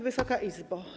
Wysoka Izbo!